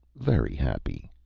very happy!